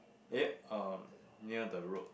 eh um near the road